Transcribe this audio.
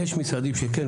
יש משרדים שכן,